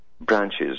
branches